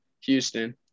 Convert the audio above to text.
Houston